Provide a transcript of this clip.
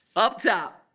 up top!